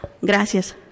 Gracias